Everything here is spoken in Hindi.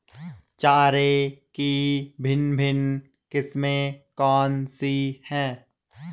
चारे की भिन्न भिन्न किस्में कौन सी हैं?